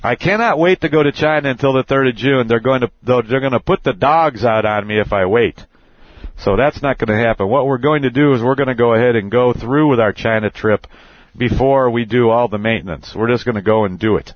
i cannot wait to go to china until the third of june and they're going to those are going to put the dogs out at me if i wait so that's not going to happen what we're going to do is we're going to go ahead and go through with our china trip before we do all the maintenance we're just going to go and do it